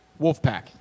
Wolfpack